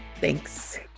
Thanks